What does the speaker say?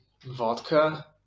vodka